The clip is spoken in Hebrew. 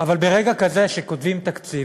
אבל ברגע כזה שכותבים תקציב,